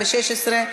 התשע"ו 2016,